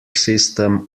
system